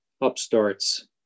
upstarts